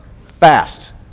Fast